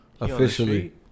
Officially